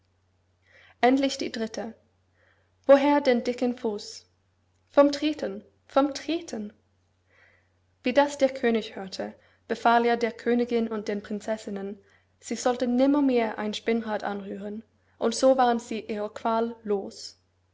endlich die dritte woher den dicken fuß vom treten vom treten wie das der könig hörte befahl er der königin und den prinzessinnen sie sollten nimmermehr ein spinnrad anrühren und so waren sie ihrer qual los